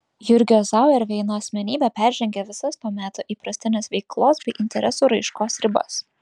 jurgio zauerveino asmenybė peržengė visas to meto įprastines veiklos bei interesų raiškos ribas